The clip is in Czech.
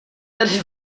tedy